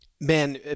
man